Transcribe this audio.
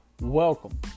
welcome